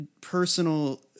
personal